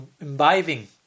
imbibing